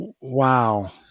Wow